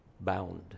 bound